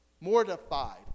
mortified